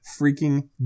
freaking